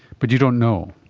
but you don't know.